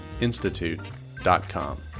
Institute.com